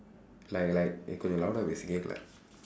like like நீ கொஞ்சம்:nii konjsam louda பேசு கேட்கல:peesu keetkala